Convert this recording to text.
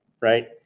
right